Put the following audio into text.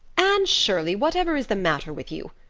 anne shirley, whatever is the matter with you?